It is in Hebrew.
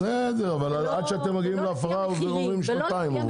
בסדר, אבל עד שאתם מגיעים להפרה עוברות שנתיים.